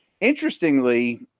Interestingly